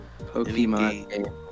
Pokemon